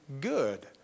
good